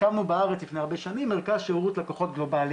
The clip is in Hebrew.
הקמנו בארץ לפני הרבה שנים מרכז שירות לקוחות גלובלי